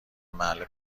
محل